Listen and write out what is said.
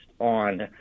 on